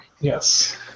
Yes